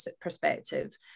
perspective